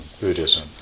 Buddhism